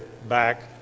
back